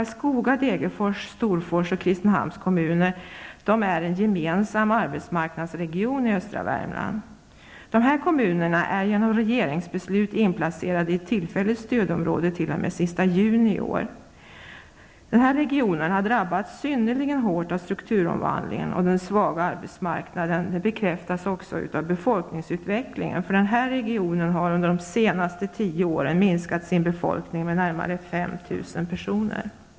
Karlskoga, Degerfors, Storfors och Kristinehamns kommuner utgör en gemensam arbetsmarknadsregion i östra Värmland. Dessa kommuner är genom regeringsbeslut inplacerade i ett tillfälligt stödområde t.o.m. sista juni i år. Den här regionen har drabbats synnerligen hårt av strukturomvandlingen och den svaga arbetsmarknaden. Det bekräftas också av befolkningsutvecklingen. Regionen har under de senaste tio åren minskat sin befolkning med närmare 5 000 personer.